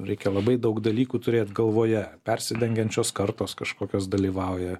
reikia labai daug dalykų turėt galvoje persidengiančios kartos kažkokios dalyvauja